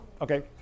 okay